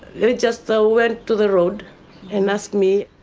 they just so went to the road and asked me,